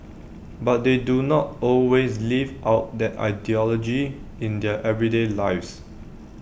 but they do not always live out that ideology in their everyday lives